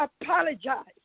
apologize